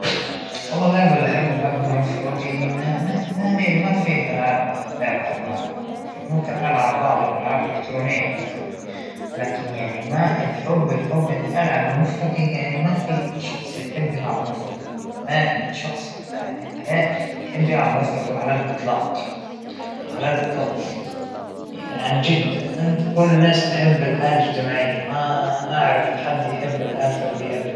أنا بالعموم تعجبنى الموسيقى الهادئة، ما فى شى معين، لكن الموسيقى الهادئة هى اللى تستهوينى، بشغلها بجنبى وأنا بخلص شغلى وأنا أقرالى شى كتاب، بتسلينى وبنفس الوقت ما تصدعنى، ما توجع الرأس مرة هادئة ومرة بسيطة.